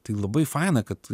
tai labai faina kad